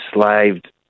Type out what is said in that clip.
slaved